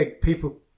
people